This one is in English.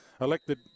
elected